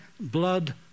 blood